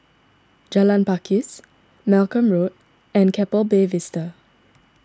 Jalan Pakis Malcolm Road and Keppel Bay Vista